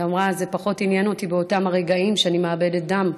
היא אמרה: זה פשוט לא עניין אותי באותם רגעים שאני מאבדת דם.